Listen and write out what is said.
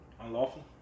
Unlawful